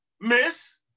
Miss